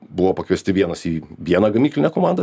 buvo pakviesti vienas į vieną gamyklinę komandą